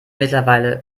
mittlerweile